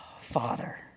Father